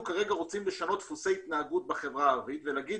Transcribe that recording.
אנחנו כרגע רוצים לשנות דפוסי התנהגות בחברה הערבית ולהגיד: